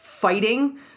fighting